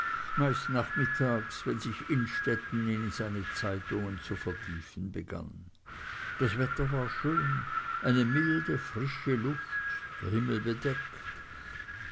nachmittags wenn sich innstetten in seine zeitungen zu vertiefen begann das wetter war schön eine milde frische luft der himmel bedeckt